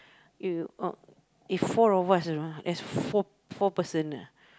you oh if four of us you know there's four four person ah